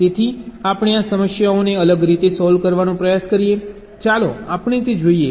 તેથી આપણે આ સમસ્યાઓને અલગ રીતે સોલ્વ કરવાનો પ્રયાસ કરીએ છીએ ચાલો આપણે તે જોઈએ